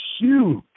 huge